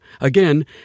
Again